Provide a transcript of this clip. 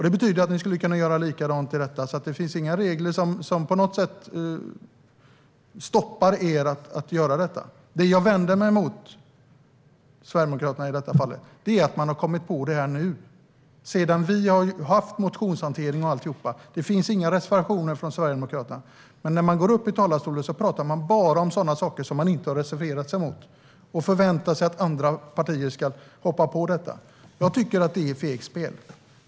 Det betyder att ni skulle kunna göra likadant i detta fall. Det finns alltså inga regler som på något sätt hindrar er att göra detta. Det jag vänder mig mot i detta fall är att Sverigedemokraterna har kommit på detta nu. Vi har haft motionshantering och alltihop. Det finns inga reservationer från Sverigedemokraterna. Men i talarstolen pratar man bara om sådana saker som man inte har reserverat sig mot, och man förväntar sig att andra partier ska hoppa på detta. Jag tycker att det är fegspel.